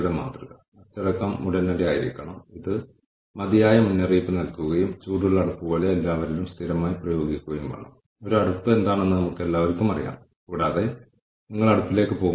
മാനവ വിഭവശേഷി വകുപ്പ് എന്താണ് ചെയ്യുന്നത് അവരുടെ നേട്ടം കണക്കിലെടുത്ത് നമ്മൾ എന്താണ് ചെയ്യുന്നത് എങ്ങനെ നിലനിർത്താൻ ശ്രമിക്കുന്നു തുടങ്ങിയവയുടെ അടിസ്ഥാനത്തിൽ മൊത്തം ഹ്യൂമൻ ക്യാപിറ്റൽ ഇൻവെസ്റ്റ്മെന്റ് കണക്കാക്കാം